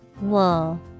Wool